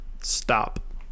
stop